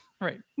right